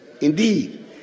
Indeed